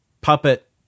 puppet